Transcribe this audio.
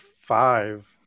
five